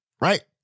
right